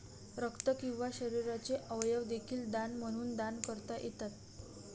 रक्त किंवा शरीराचे अवयव देखील दान म्हणून दान करता येतात